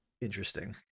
interesting